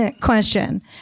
question